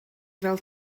fel